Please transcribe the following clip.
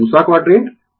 यह दूसरा क्वाडरेंट है